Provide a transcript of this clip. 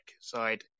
side